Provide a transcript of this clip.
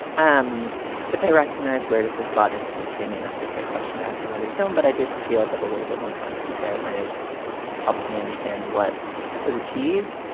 um which i recognize where does this slot into history may not be a fair question to ask of every film. but i did feel that a little bit more context there might have helped me understand what was achieved.